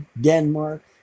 Denmark